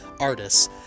artists